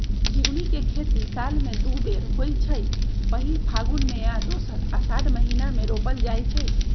झिगुनी के खेती साल में दू बेर होइ छइ पहिल फगुन में आऽ दोसर असाढ़ महिना मे रोपल जाइ छइ